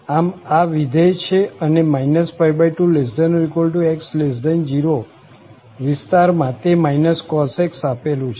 આમ આ વિધેય છે અને 2≤x0વિસ્તાર માં તે cos x આપેલું છે